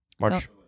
March